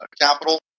capital